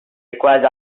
requires